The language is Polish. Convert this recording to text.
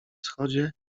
wschodzie